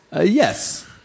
yes